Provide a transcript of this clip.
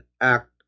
act